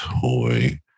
toy